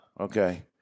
Okay